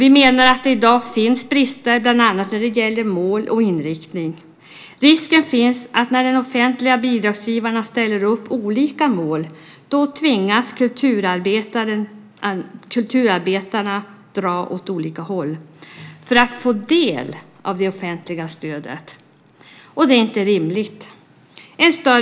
Vi menar att det i dag finns brister bland annat när det gäller mål och inriktning. Risken finns att när de offentliga bidragsgivarna ställer upp olika mål tvingas kulturarbetarna dra åt olika håll för att få del av de offentliga stöden. Det är inte rimligt.